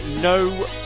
no